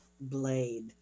blade